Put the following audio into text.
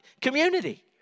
community